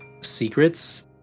secrets